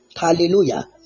Hallelujah